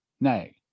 Nay